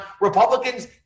Republicans